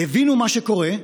הבינו מה קורה,